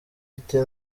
ite